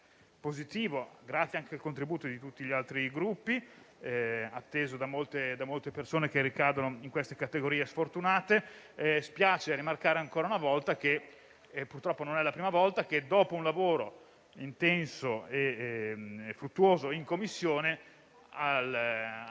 positivo, anche grazie al contributo di tutti gli altri Gruppi, atteso da molte persone che ricadono in queste categorie sfortunate. Dispiace rimarcare ancora una volta, purtroppo, che, dopo un lavoro intenso e fruttuoso in Commissione, al